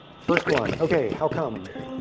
first one. ok, how come?